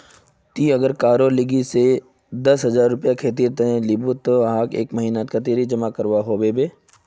ती अगर कहारो लिकी से खेती ब्याज जेर पोर पैसा दस हजार रुपया लिलो ते वाहक एक महीना नात कतेरी पैसा जमा करवा होबे बे?